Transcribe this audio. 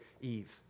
Eve